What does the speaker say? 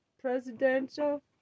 presidential